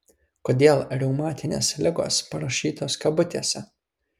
kodėl reumatinės ligos parašytos kabutėse